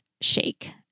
shake